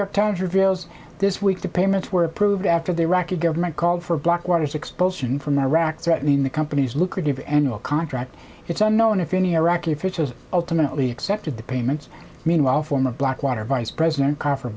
york times reveals this week the payments were approved after the iraqi government called for blackwater's expulsion from iraq threatening the company's lucrative annual contract it's unknown if any iraqi officials ultimately accepted the payments meanwhile former blackwater vice president